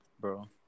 bro